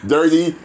Dirty